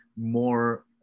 more